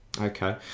Okay